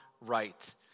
right